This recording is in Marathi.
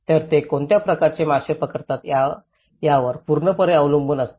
तर ते कोणत्या प्रकारचे मासे पकडतात यावर पूर्णपणे अवलंबून असते